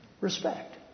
respect